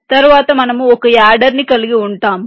తరువాత మనము ఒక యాడర్ని కలిగి ఉంటాము